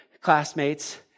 classmates